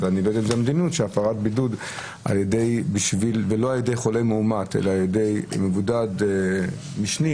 שהפרת בידוד לא על-ידי חולה מאומת אלא על-ידי מבודד משני